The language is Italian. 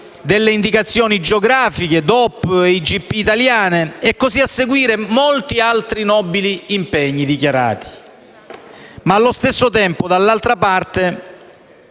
delle indicazioni geografiche DOP e IGP italiane e, così a seguire, molti altri nobili impegni dichiarati. Ma allo stesso tempo, dall'altra parte,